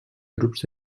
grups